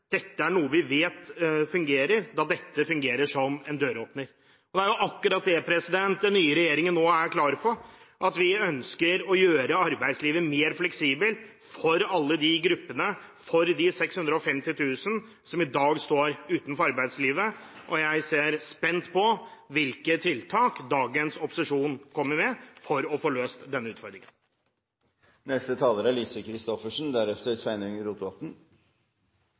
Dette er noe vi vet at fungerer som en døråpner til arbeidslivet.» Det er jo akkurat det den nye regjeringen nå er klar på, at vi ønsker å gjøre arbeidslivet mer fleksibelt for alle de gruppene, for de 650 000 som i dag står utenfor arbeidslivet. Jeg ser spent frem til hvilke tiltak dagens opposisjon kommer med for å få løst denne utfordringen. Med adresse til forrige taler: